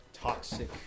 toxic